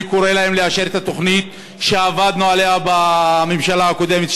אני קורא להם לאשר את התוכנית שעבדנו עליה בממשלה הקודמת,